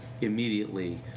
immediately